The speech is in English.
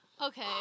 Okay